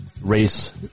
race